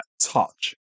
touch